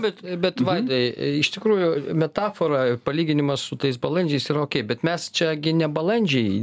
bet bet vaidai iš tikrųjų metafora palyginimas su tais balandžiais yra okei bet mes čia gi ne balandžiai